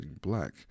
black